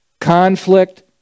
Conflict